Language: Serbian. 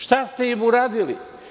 Šta ste im uradili?